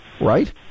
right